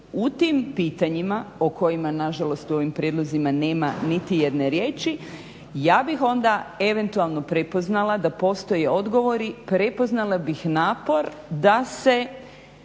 u tim pitanjima o kojima nažalost u ovim prijedlozima nema niti jedne riječi, ja bih onda eventualno prepoznala da postoje odgovori, prepoznala bih napor da se